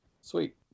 sweet